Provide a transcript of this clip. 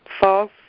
false